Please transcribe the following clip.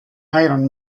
iron